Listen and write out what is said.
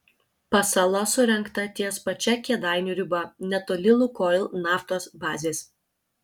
pasala surengta ties pačia kėdainių riba netoli lukoil naftos bazės